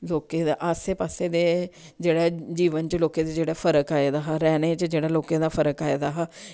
लोकें दा आस्से पास्से दे जेह्ड़े जीवन च लोकें दे जेह्ड़ा फर्क आए दा हा रैह्ने च जेह्ड़ा लोकें दा फर्क आए दा हा